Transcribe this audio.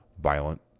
violent